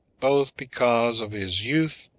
both because of his youth,